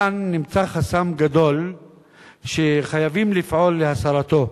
וכאן נמצא חסם גדול שחייבים לפעול להסרתו,